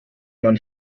man